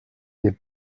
n’est